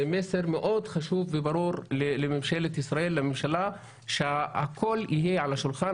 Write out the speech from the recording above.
זה מסר מאוד חשוב וברור לממשלת ישראל שהכול יהיה על השולחן.